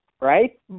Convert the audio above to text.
right